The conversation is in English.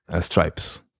stripes